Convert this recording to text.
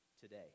today